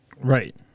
Right